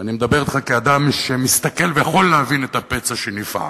ואני מדבר אתך כאדם שמסתכל ויכול להבין את הפצע שנפער,